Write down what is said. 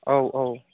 औ औ